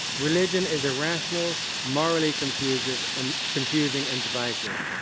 religion is a rational, morally confusing and confusing and divisive.